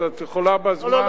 את יכולה בזמן,